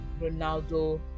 ronaldo